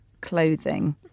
clothing